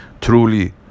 Truly